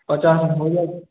पचास मे हो जाएत